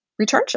returnship